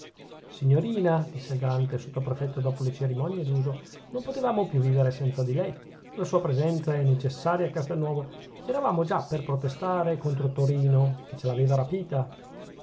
signorina disse il galante sottoprefetto dopo le cerimonie d'uso non potevamo più vivere senza di lei la sua presenza è necessaria a castelnuovo eravamo già per protestare contro torino che ce l'aveva rapita